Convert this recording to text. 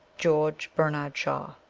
george bernard shatv